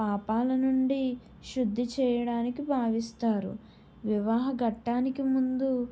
పాపాల నుండి శుద్ధి చేయడానికి భావిస్తారు వివాహ ఘట్టానికి ముందు